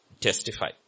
testify